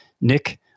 Nick